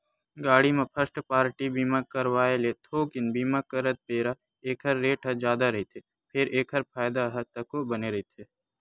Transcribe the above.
गाड़ी म first party बीमा करवाय ले थोकिन बीमा करत बेरा ऐखर रेट ह जादा रहिथे फेर एखर फायदा ह तको बने रहिथे